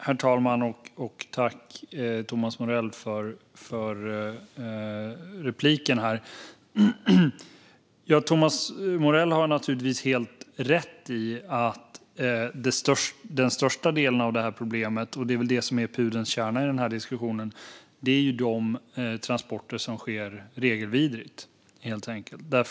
Herr talman! Jag tackar Thomas Morell för inlägget. Thomas Morell har naturligtvis helt rätt i att den största delen av det här problemet är de transporter som sker regelvidrigt. Det är väl det som är pudelns kärna i den här diskussionen.